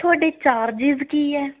ਤੁਹਾਡੇ ਚਾਰਜਿਜ਼ ਕੀ ਹੈ